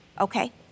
Okay